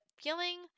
feeling